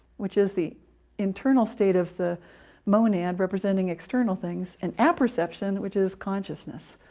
which is the internal state of the monad representing external things, and apperception, which is consciousness,